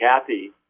Kathy